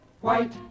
White